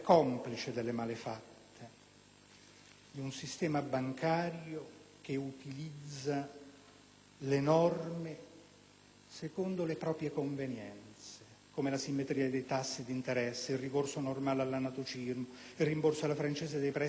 di un sistema bancario che utilizza le norme secondo le proprie convenienze, come la simmetria dei tassi d'interesse, il ricorso normale all'anatocismo, il rimborso alla francese dei prestiti nell'ammortamento dei mutui usurari